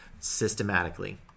Systematically